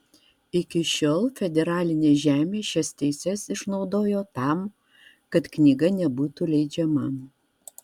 iki šiol federalinė žemė šias teises išnaudojo tam kad knyga nebūtų leidžiama